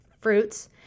fruits